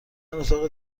اتاق